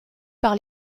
par